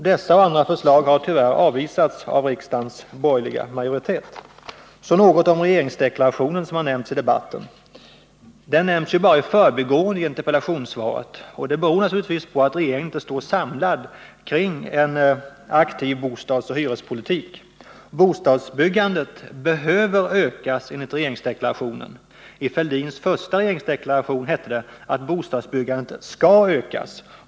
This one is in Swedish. Dessa och andra förslag har tyvärr avvisats av riksdagens borgerliga majoritet. Så något om regeringsdeklarationen. Den nämns bara i förbigående i interpellationssvaret, och det beror naturligtvis på att regeringen inte står samlad kring en aktiv bostadsoch hyrespolitik. Bostadsbyggandet ”bör ökas” enligt regeringsdeklarationen. I Thorbjörn Fälldins första regeringsdeklaration hette det att bostadsbyggandet skall ökas.